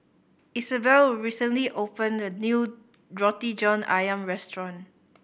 Isabel recently opened a new Roti John Ayam restaurant